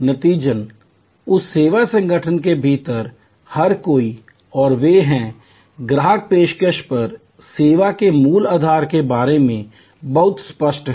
नतीजतन उस सेवा संगठन के भीतर हर कोई और वे हैं ग्राहक पेशकश पर सेवा के मूल आधार के बारे में बहुत स्पष्ट हैं